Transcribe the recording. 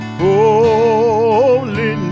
holy